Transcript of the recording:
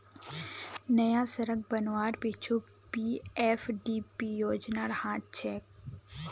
नया सड़क बनवार पीछू पीएफडीपी योजनार हाथ छेक